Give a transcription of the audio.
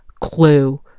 clue